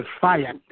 fire